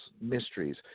mysteries